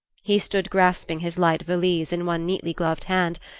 he stood grasping his light valise in one neatly gloved hand,